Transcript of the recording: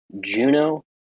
Juno